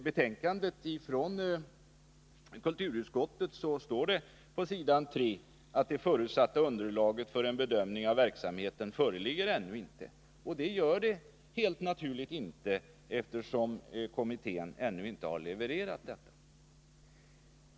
På s. 3 i kulturutskottets betänkande står det att det förutsatta underlaget för en bedömning av verksamheten ännu inte föreligger. Det gör det helt naturligt inte, eftersom kommittén inte har levererat detta.